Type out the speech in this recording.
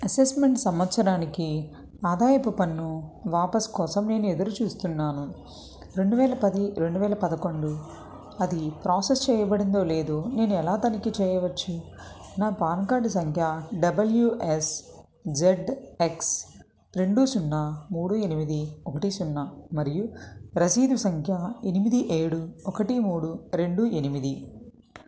assessment సంవత్సరానికి ఆదాయపు పన్ను వాపసు కోసం నేను ఎదురుచూస్తున్నాను రెండు వేల పది రెండు వేల పదకొండు అది ప్రాసెస్ చేయబడిందో లేదో నేను ఎలా తనిఖీ చేయవచ్చు నా పాన్ కార్డు సంఖ్య డబ్ల్యూ ఎస్ జడ్ ఎక్స్ రెండు సున్నా మూడు ఎనిమిది ఒకటి సున్నా మరియు రసీదు సంఖ్య ఎనిమిది ఏడు ఒకటి మూడు రెండు ఎనిమిది